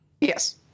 Yes